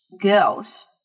girls